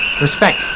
respect